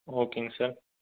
ஓகேங்க சார்